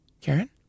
Karen